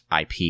IP